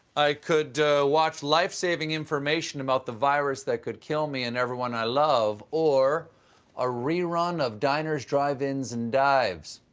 i could watch life saving information about the virus that could kill me and everyone i love or a rerun of diners, drive-ins and dives.